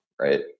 right